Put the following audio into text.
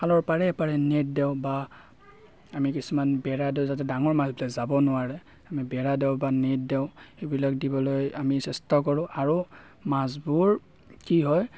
খালৰ পাৰে পাৰে নেট দিওঁ বা আমি কিছুমান বেৰা দিওঁ যাতে ডাঙৰ মাছ বিলাক যাব নোৱাৰে আমি বেৰা দিওঁ বা নেট দিওঁ সেইবিলাক দিবলৈ আমি চেষ্টা কৰোঁ আৰু মাছবোৰ কি হয়